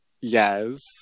Yes